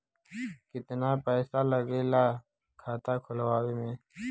कितना पैसा लागेला खाता खोलवावे में?